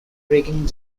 breaking